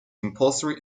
compulsory